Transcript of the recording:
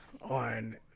on